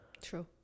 true